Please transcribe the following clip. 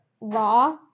raw